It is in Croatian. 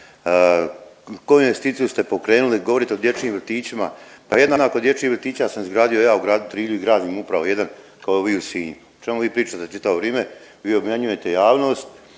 Koju investiciju ste pokrenuli? Govorite o dječjim vrtićima. Pa jednako dječjih vrtića sam izgradio ja u gradu Trilju i gradim upravo jedan kao i vi u Sinju. O čemu vi pričate čitavo vrijeme? Vi obmanjujete javnost,